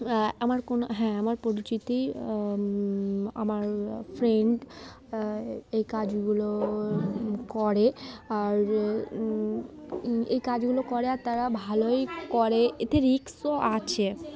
আমার কোনো হ্যাঁ আমার পরিচিতি আমার ফ্রেন্ড এই কাজগুলো করে আর এই কাজগুলো করে আর তারা ভালোই করে এতে রিস্কও আছে